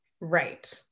right